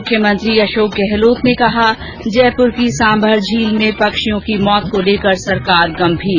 मुख्यमंत्री अशोक गहलोत ने कहा जयपुर की सांभर झील में पक्षियों की मौत को लेकर सरकार गंभीर